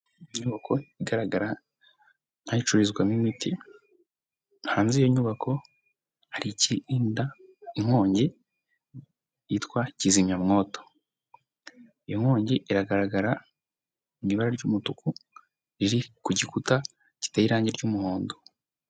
Inyubako igaragara nk'aho icururizwamo imiti, hanze y'iyo nyubako, hari ikirinda inkongi cyitwa kizimyamwoto, iyo nkongi iragaragara mu ibara ry'umutuku, riri ku gikuta giteye irange ry'umuhondo.